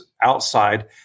outside